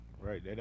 Right